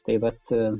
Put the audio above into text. taip vat